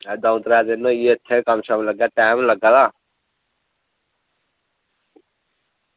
अज्ज दो त्रैऽ दिन होइये इत्थें कम्म लग्गे दा टैम निं लग्गा दा